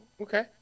Okay